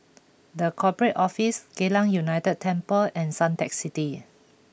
the Corporate Office Geylang United Temple and Suntec City